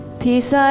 peace